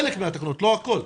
חלק מהתקנות, לא הכול.